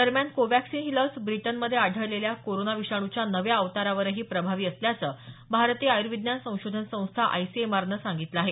दरम्यान कोव्हॅक्सीन ही लस ब्रिटनमध्ये आढळलेल्या कोरोना विषाणूच्या नव्या अवतारावरही प्रभावी असल्याचं भारतीय आयुर्विज्ञान संशोधन संस्था आयसीएमआरने सांगितलं आहे